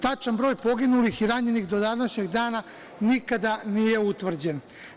Tačan broj poginulih i ranjenih do današnjeg dana nikada nije utvrđen.